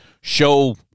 show